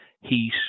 heat